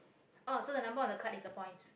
oh so the number of the carts is the points